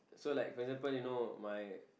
so like for example you know my